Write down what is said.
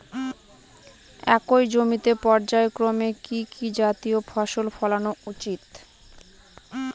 একই জমিতে পর্যায়ক্রমে কি কি জাতীয় ফসল ফলানো উচিৎ?